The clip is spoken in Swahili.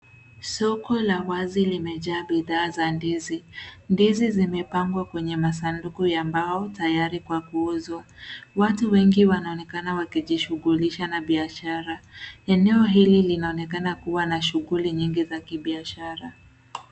Soko la wazi limejaa bidhaa za ndizi. Ndizi zimepangwa kwenye masanduku ya mbao tayari kwa kuuzwa. Watu wengi wanaonekan wakijisughulisha na biashara, eneo hili linaonekana kuwa na shughuli nyingi za kibiashara.